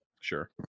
Sure